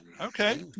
okay